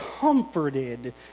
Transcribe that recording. comforted